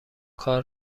کار